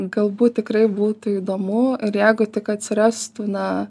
galbūt tikrai būtų įdomu ir jeigu tik atsirastų na